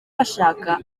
bashaka